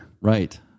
Right